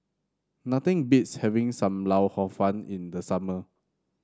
nothing beats having Sam Lau Hor Fun in the summer